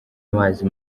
amazi